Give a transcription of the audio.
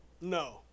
no